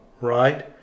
right